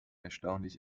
erstaunlich